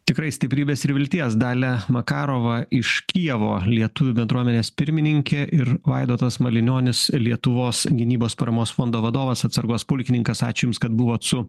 tikrai stiprybės ir vilties dalia makarova iš kijevo lietuvių bendruomenės pirmininkė ir vaidotas malinionis lietuvos gynybos paramos fondo vadovas atsargos pulkininkas ačiū jums kad buvot su